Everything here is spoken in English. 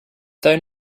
though